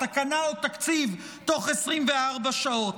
תקנה או תקציב תוך 24 שעות.